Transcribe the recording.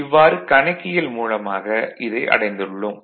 இவ்வாறு கணக்கியல் மூலமாக இதை அடைந்துள்ளோம்